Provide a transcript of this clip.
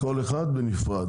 כל אחד בנפרד.